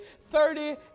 thirty